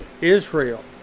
Israel